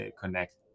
connect